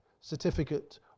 certificate